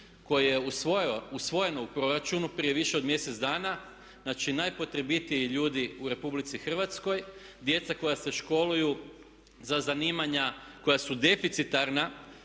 koje je usvojeno u Proračunu prije više od mjesec dana, znači najpotrebitiji ljudi u RH, djeca koja se školuju za zanimanja koja su deficitarna,